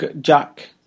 Jack